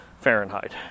Fahrenheit